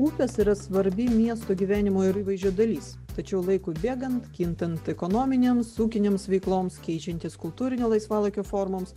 upės yra svarbi miesto gyvenimo ir įvaizdžio dalis tačiau laikui bėgant kintant ekonominėms ūkinėms veikloms keičiantis kultūrinio laisvalaikio formoms